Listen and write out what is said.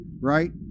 right